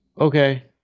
Okay